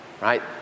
right